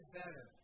better